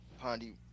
Pondy